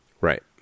Right